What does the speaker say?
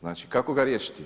Znači kako ga riješiti?